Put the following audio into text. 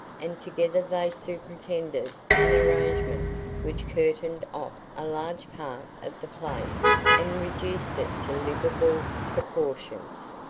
and together they superintended an arrangement which curtained off a large part of the place and reduced it to livable proportions.